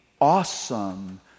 awesome